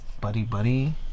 buddy-buddy